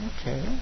Okay